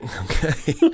Okay